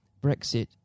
Brexit